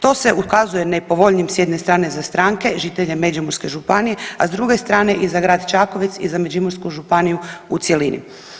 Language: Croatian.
To se ukazuje nepovoljnijim s jedne strane za stranke, žitelje Međimurske županije, a s druge strane i za grad Čakovec i za Međimursku županiju u cjelini.